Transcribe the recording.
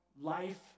life